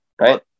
right